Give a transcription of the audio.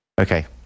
okay